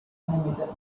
animated